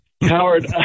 Howard